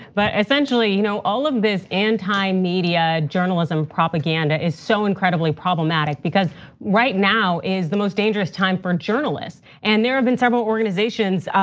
but essentially, you know all of this anti media journalism propaganda is so incredibly problematic because right now is the most dangerous time for journalists. and there have been several organizations.